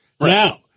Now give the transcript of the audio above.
Now